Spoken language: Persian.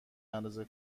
اندازه